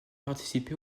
participé